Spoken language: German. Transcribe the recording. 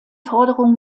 forderung